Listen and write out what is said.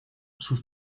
sus